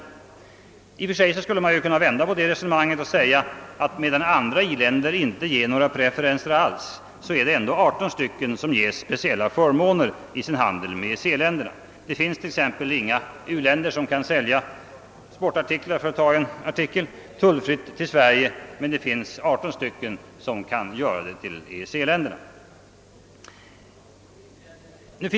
I och för sig skulle man kunna vända på resonemanget och säga, att medan andra i-länder inte ger några preferenser alls får ändå 18 u-länder speciella förmåner i sin handel med EEC-staterna. Det finns inga u-länder som kan sälja t.ex. sportartiklar tullfritt till Sverige, men det finns 18 som kan göra det till EEC-länderna.